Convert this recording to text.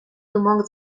думок